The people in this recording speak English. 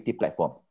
platform